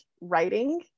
writing